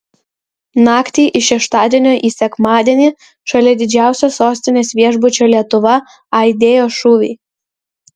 naktį iš šeštadienio į sekmadienį šalia didžiausio sostinės viešbučio lietuva aidėjo šūviai